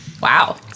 Wow